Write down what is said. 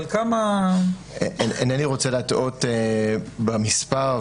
אינני רוצה להטעות במספר,